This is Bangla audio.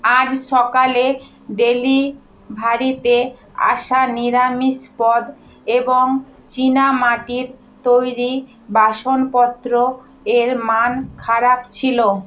আজ সকালে ডেলিভারিতে আসা নিরামিষ পদ এবং চীনামাটির তৈরি বাসনপত্র এর মান খারাপ ছিল